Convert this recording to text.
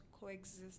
coexist